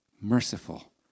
Merciful